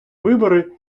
вибори